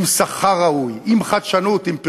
עם שכר ראוי, עם חדשנות, עם פריון.